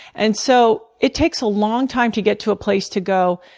and so it takes a long time to get to a place to go,